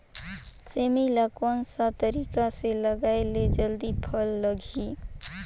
सेमी ला कोन सा तरीका से लगाय ले जल्दी फल लगही?